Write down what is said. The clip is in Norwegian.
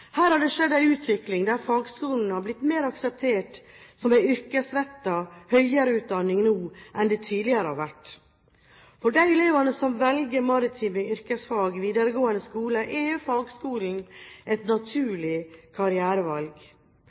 Her har det skjedd en utvikling der fagskolen blir mer akseptert som en yrkesrettet høyere utdanning nå enn den tidligere har vært. For de elevene som velger maritime yrkesfag i videregående skole, er fagskolen et naturlig karrierevalg.